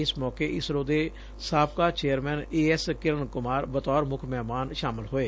ਇਸ ਮੌਕੇ ਇਸਰੋ ਦੇ ਸਾਬਕਾ chairman A S Kiran Kumar ਬਤੌਰ ਮੁੱਖ ਮਹਿਮਾਨ ਸ਼ਾਮਲ ਹੋਏ